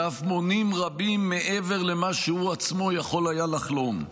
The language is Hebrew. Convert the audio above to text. ואף מונים רבים מעבר למה שהוא עצמו יכול היה לחלום.